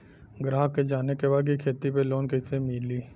ग्राहक के जाने के बा की खेती पे लोन कैसे मीली?